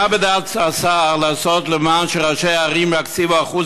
מה בדעת השר לעשות כדי שראשי הערים יקציבו אחוז